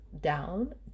down